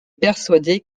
persuadée